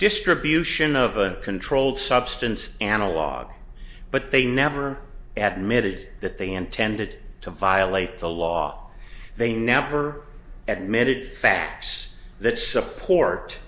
distribution of a controlled substance analog but they never admitting that they intended to violate the law they never admitted facts that support